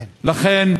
לכן,